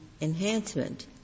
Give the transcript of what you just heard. enhancement